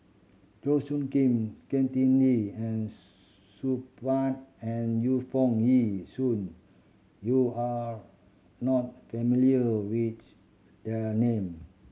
Chua Soo Khim Saktiandi and Supaat and Yu Foo Yee Shoon you are not familiar with there name